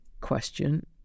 question